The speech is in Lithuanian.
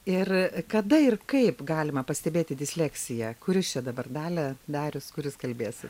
ir kada ir kaip galima pastebėti disleksiją kuris čia dabar dalia darius kuris kalbės